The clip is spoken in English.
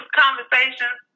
conversations